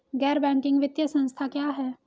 गैर बैंकिंग वित्तीय संस्था क्या है?